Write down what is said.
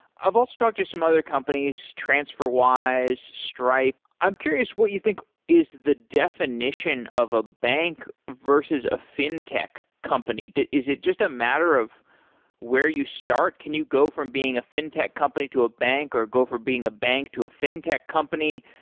i've also talked to some other companies transfer-wise, stripe, i'm curious what you think is the definition of a bank versus a fin tech company. is it just a matter of where you start? can you go from being a fin tech company to a bank or go for being a bank to a fin tech company?